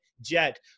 jet